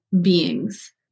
beings